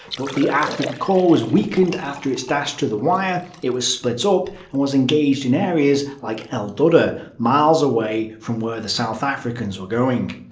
but the afrika korps was weakened after its dash to the wire, it was split so up, and was engaged in areas like el duda miles away from where the south africans were going.